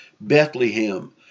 Bethlehem